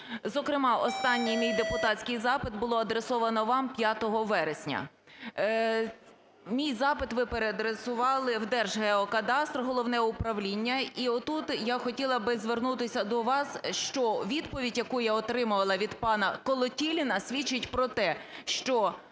Зокрема, останній мій депутатський запит було адресовано вам 5 вересня. Мій запит ви переадресували вДержгеокадастр, головне управління. І от тут я хотіла би звернутися до вас, що відповідь, яку я отримала від пана Колотіліна, свідчить про те, що